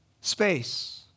space